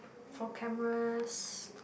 for cameras